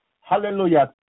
Hallelujah